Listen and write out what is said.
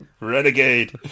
Renegade